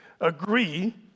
agree